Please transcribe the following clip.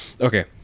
okay